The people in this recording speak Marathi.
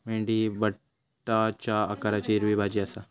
भेंडी ही बोटाच्या आकाराची हिरवी भाजी आसा